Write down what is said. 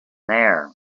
there